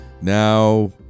Now